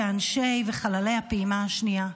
לאנשי ולחללי הפעימה השנייה.